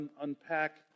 unpack